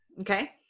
Okay